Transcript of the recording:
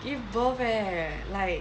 give birth eh like